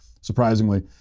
surprisingly